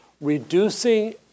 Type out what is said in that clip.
reducing